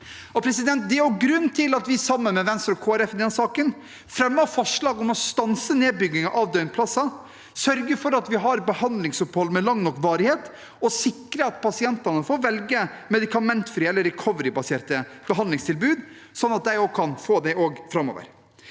Det er grunnen til at vi sammen med Venstre og Kristelig Folkeparti i denne saken fremmer forslag om å stanse nedbyggingen av døgnplasser, sørge for at vi har behandlingsopphold med lang nok varighet, og sikre at pasientene får velge medikamentfrie eller recoverybaserte behandlingstilbud, sånn at de kan få det også framover.